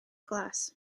glas